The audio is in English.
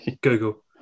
Google